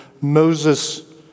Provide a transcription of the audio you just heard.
Moses